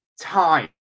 time